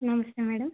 నమస్తే మేడమ్